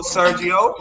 Sergio